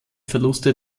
verluste